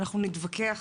אנחנו נתווכח,